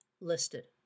listed